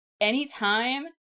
anytime